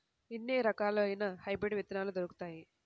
ఎన్ని రకాలయిన హైబ్రిడ్ విత్తనాలు దొరుకుతాయి?